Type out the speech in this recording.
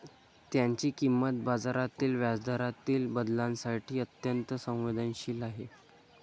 त्याची किंमत बाजारातील व्याजदरातील बदलांसाठी अत्यंत संवेदनशील आहे